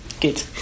Good